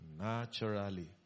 naturally